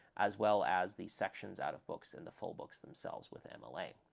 as well as the sections out of books, and the full books themselves, with and like